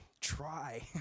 try